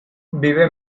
vive